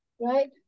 right